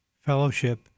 fellowship